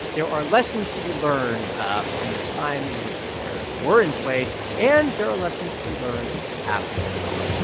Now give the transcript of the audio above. there are lessons to be learned ah from the time in which the tariffs were in place, and there are lessons to be learned after they're gone